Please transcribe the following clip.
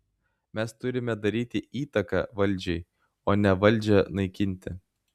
mes turime daryti įtaką valdžiai o ne valdžią naikinti